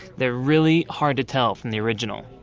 they're really hard to tell from the original.